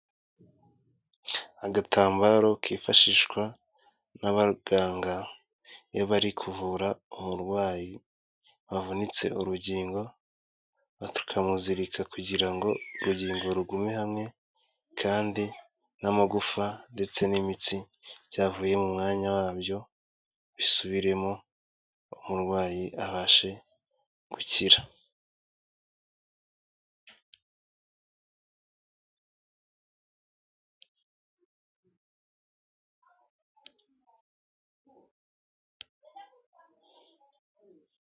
Agatambaro kifashishwa n'abaganga iyo bari kuvura umurwayi wavunitse urugingo, bakamuzirika kugira ngo urugingo rugume hamwe kandi n'amagufa ndetse n'imitsi byavuye mu mwanya wabyo bisubiremo umurwayi abashe gukira.